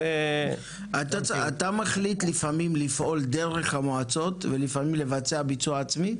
אתה מחליט לפעמים לפעול דרך המועצות ולפעמים לבצע ביצוע עצמי?